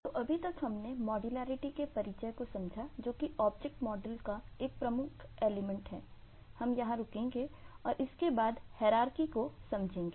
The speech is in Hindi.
तो अभी तक हमने मॉड्युलैरिटी को समझेंगे